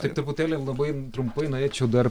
tik truputėlį labai trumpai norėčiau dar